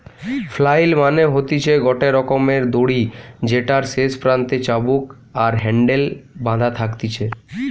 flail মানে হতিছে গটে রকমের দড়ি যেটার শেষ প্রান্তে চাবুক আর হ্যান্ডেল বাধা থাকতিছে